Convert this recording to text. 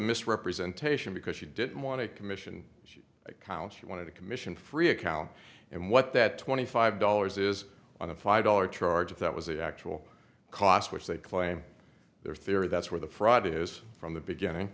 misrepresentation because she didn't want to commission she accounts she wanted a commission free account and what that twenty five dollars is on a five dollar charge that was the actual cost which they claim they're fair that's where the fraud is from the beginning